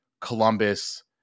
Columbus